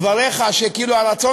דבריך שהרצון